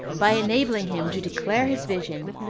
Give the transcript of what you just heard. by enabling him to declare his vision,